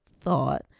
thought